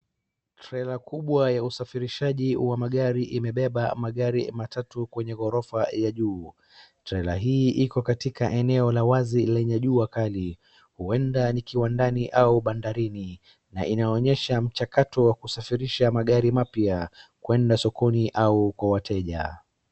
Trela kubwa ya usafirishaji wa magari imebeba magari matatu kwenye orofa ya juu. Trela hii iko katika eneo la wazi lenye jua kali ueda ni kiwandani au bandarini na inaonyesha mchakoto wa kusafirisha magari mapya kwenda sokoni au kwa wateja.